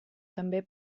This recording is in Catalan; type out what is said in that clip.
també